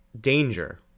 danger